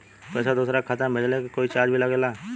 पैसा दोसरा के खाता मे भेजला के कोई चार्ज भी लागेला?